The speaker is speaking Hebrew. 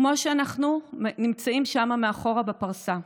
כמו כשאנחנו נמצאים שם מאחור, בפרסה.